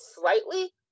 slightly